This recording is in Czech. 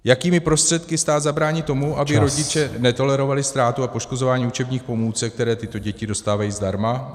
Jakými prostředky stát zabrání tomu, aby rodiče netolerovali ztrátu a poškozování učebních pomůcek, které tyto děti dostávají zdarma?